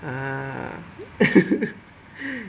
ah